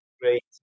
Great